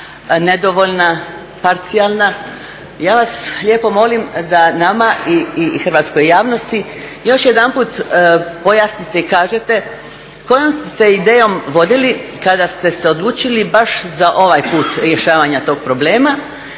nedovoljna, parcijalna, ja vas lijepo molim da nama i hrvatskoj javnosti još jedanput pojasnite i kažete kojom ste se idejom vodili kada ste se odlučili baš za ovaj put rješavanja tog problema